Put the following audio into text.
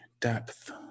depth